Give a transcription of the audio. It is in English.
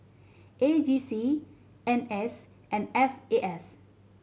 E J C N S and F A S